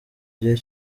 gihe